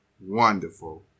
wonderful